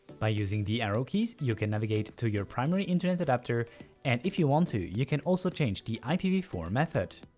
by using the arrow keys you can navigate to your primary internet adapter and if you want to you can also change the i p v four method.